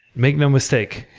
make no mistake.